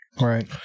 Right